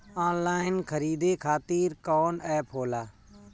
Online खरीदे खातीर कौन एप होला?